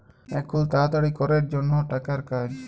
এখুল তাড়াতাড়ি ক্যরের জনহ টাকার কাজ